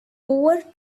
over